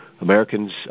Americans